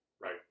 right